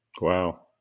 Wow